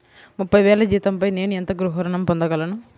ముప్పై వేల జీతంపై నేను ఎంత గృహ ఋణం పొందగలను?